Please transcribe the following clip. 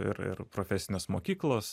ir ir profesinės mokyklos